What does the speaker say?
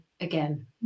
again